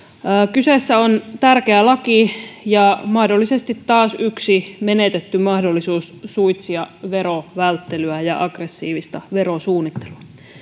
kyseessä on tärkeä laki ja mahdollisesti taas yksi menetetty mahdollisuus suitsia verovälttelyä ja aggressiivista verosuunnittelua